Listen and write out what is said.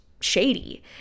shady